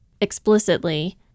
explicitly